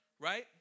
right